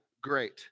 Great